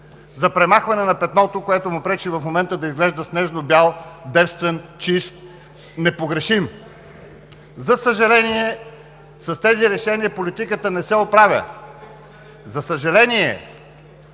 за премахване на петното, което му пречи в момента да изглежда снежнобял, девствен, чист, непогрешим. За съжаление, с тези решения политиката не се оправя. За съжаление,